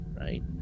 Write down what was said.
right